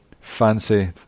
fancy